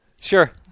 sure